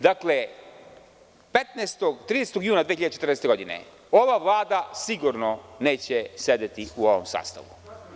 Dakle, 30. juna 2014. godine, ova vlada sigurno neće sedeti u ovom sastavu.